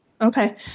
okay